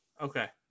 Okay